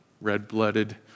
red-blooded